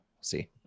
see